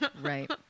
right